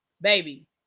baby